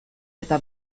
eta